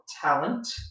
talent